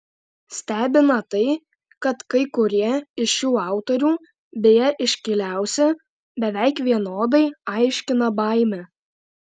stebina tai kad kai kurie iš šių autorių beje iškiliausi beveik vienodai aiškina baimę